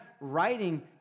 writing